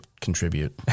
contribute